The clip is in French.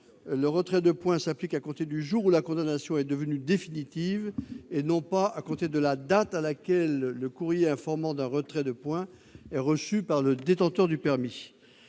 le retrait de points s'applique à compter du jour où la condamnation est devenue définitive et non à compter de la date à laquelle le courrier informant d'un retrait de points est reçu par le détenteur du permis.